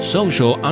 Social